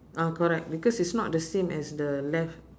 ah correct because it's not the same as the left